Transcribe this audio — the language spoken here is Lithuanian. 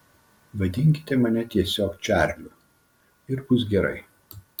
vadinkite mane tiesiog čarliu ir bus gerai